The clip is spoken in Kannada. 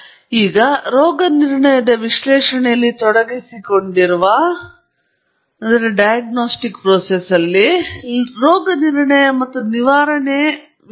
ಆದ್ದರಿಂದ ರೋಗನಿರ್ಣಯದ ವಿಶ್ಲೇಷಣೆಯಲ್ಲಿ ತೊಡಗಿಸಿಕೊಂಡಿರುವ ಒಂದು ರೋಗನಿರ್ಣಯ ಮತ್ತು ನಿವಾರಣೆ ವಿಷಯವಾಗಿರಬಹುದು